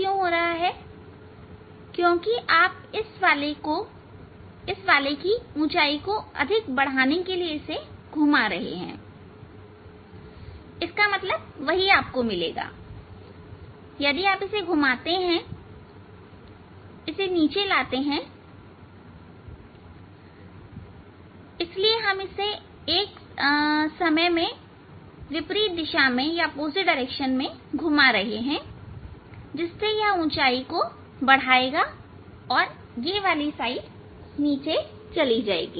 क्योंकि आप इस वाले को ऊंचाई को अधिक बढ़ाने के लिए घुमा रहे हैं इसका मतलब वही आपको मिलेगा यदि आप इसे घुमाते हैं इसे नीचे लाते हैं इसलिए एक ही समय में इसे विपरीत दिशा में घुमाते हैं जिससे यह ऊंचाई को बढ़ाएगा और यह साइड नीचे चली जाएगी